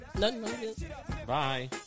Bye